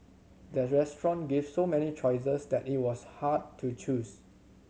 the restaurant gave so many choices that it was hard to choose